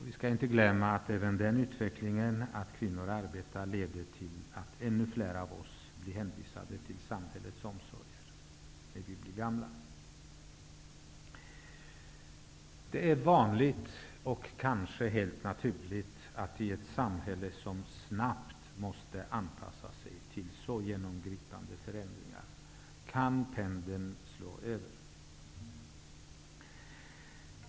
Vi skall inte glömma att även det faktum att kvinnor arbetar leder till att ännu fler av oss blir hänvisade till samhällets omsorger när vi blir gamla. I ett samhälle som snabbt måste anpassa sig till så genomgripande förändringar är det vanligt och kanske helt naturligt att pendeln slår över.